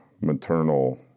maternal